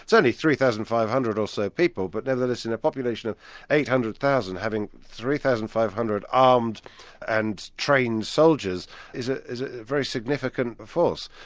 so only three thousand five hundred or so people, but nevertheless in a population of eight hundred thousand having three thousand five hundred armed and trained soldiers is ah is a very significant force.